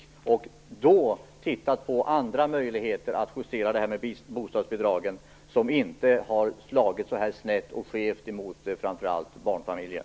Då hade man kunnat titta på andra möjligheter att justera bostadsbidragen som inte skulle slå så snett och skevt mot framför allt barnfamiljer.